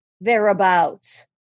thereabouts